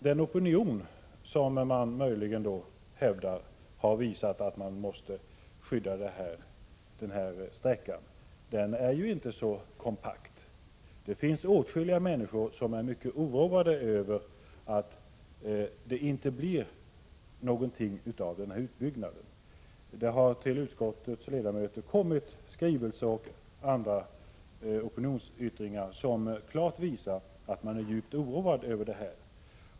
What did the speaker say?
Den opinion som man hävdar har visat att sträckan måste skyddas är inte så kompakt. Det finns åtskilliga människor som är mycket oroade över att det inte kommer att bli en utbyggnad. Det har till utskottets ledamöter kommit skrivelser och andra opinionsyttringar som klart visar att det finns en djup oro över detta.